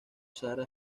sara